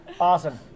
Awesome